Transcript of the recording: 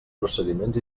procediments